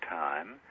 time